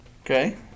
Okay